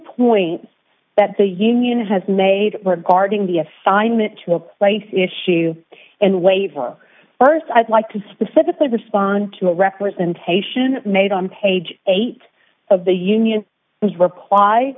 points that the union has made regarding the assignment to a place issue and waiver st i'd like to specifically respond to a representation made on page eight of the union reply